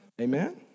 Amen